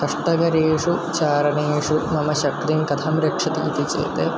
कष्टकरेषु चारणेषु मम शक्तिं कथं रक्षते इति चेत्